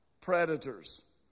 predators